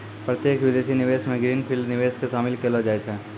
प्रत्यक्ष विदेशी निवेश मे ग्रीन फील्ड निवेश के शामिल केलौ जाय छै